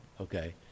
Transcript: Okay